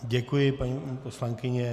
Děkuji, paní poslankyně.